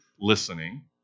listening